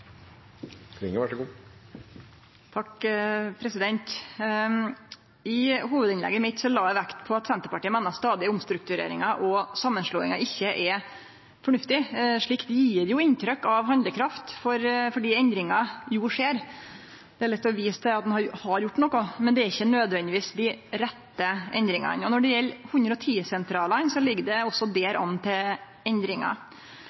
I hovudinnlegget mitt la eg vekt på at Senterpartiet meiner at stadige omstruktureringar og samanslåingar ikkje er fornuftig. Slikt gjev inntrykk av handlekraft fordi endringar jo skjer. Det er lett å vise til at ein har gjort noko, men det er ikkje nødvendigvis dei rette endringane. Når det gjeld 110-sentralane, ligg det også der an til endringar.